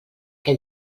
que